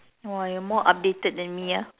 !wah! you are more updated then me ah